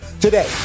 Today